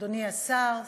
אדוני השר,